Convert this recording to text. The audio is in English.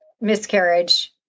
miscarriage